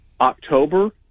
October